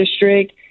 district